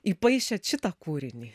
įpaišėt šitą kūrinį